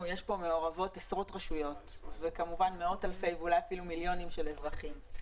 מעורבות פה עשרות רשויות וכמובן מיליונים של אזרחים.